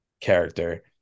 character